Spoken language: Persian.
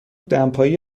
دمپایی